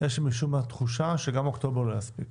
יש משום מה תחושה שגם אוקטובר לא יספיק.